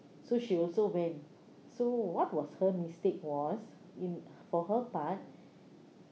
so she also went so what was her mistake was in for her part